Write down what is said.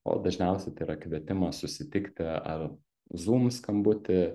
o dažniausiai tai yra kvietimas susitikti ar zūm skambutį